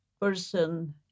person